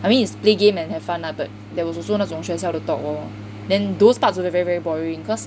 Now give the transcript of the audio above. I mean it's play game and have fun lah but there was also 那种学校的 talk lor then those parts were very very boring cause